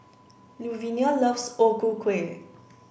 Luvenia loves O Ku Kueh